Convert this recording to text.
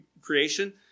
creation